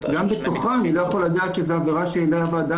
גם בתוכה אני לא יכול לדעת שזו עבירה שאליה הוועדה